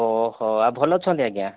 ଓ ହୋ ଆଉ ଭଲ ଅଛନ୍ତି ଆଜ୍ଞା